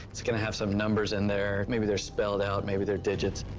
it's gonna have some numbers in there. maybe they're spelled out. maybe they're digits.